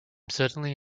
certainly